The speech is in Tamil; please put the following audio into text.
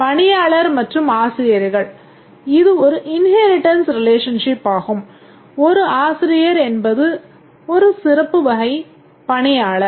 பணியாளர் மற்றும் ஆசிரியர்கள் இது ஒரு இன்ஹேரிட்டன்ஸ் ரிலேஷன்ஷிப் ஆகும் ஒரு ஆசிரியர் என்பது ஒரு சிறப்பு வகை பணியாளர்